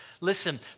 Listen